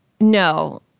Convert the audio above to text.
No